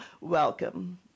welcome